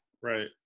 Right